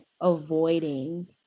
avoiding